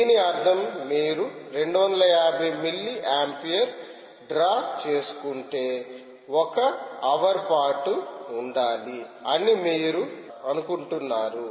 దీని అర్థం మీరు 250 మిల్లీ ఆంపియర్ డ్రా చేసుకుంటే 1 హవర్ పాటు ఉండాలి అని మీరు అనుకుంటున్నారు